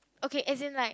okay as in like